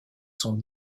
sont